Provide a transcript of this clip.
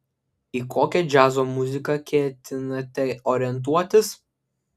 į kokią džiazo muziką ketinate orientuotis